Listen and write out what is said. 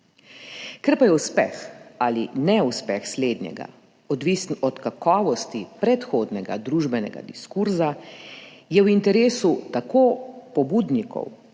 Ker pa je uspeh ali neuspeh slednjega odvisen od kakovosti predhodnega družbenega diskurza, je v interesu tako pobudnikov